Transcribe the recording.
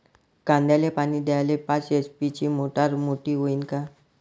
कांद्याले पानी द्याले पाच एच.पी ची मोटार मोटी व्हईन का?